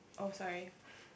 oh sorry